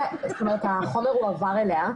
החומר הועבר אליה.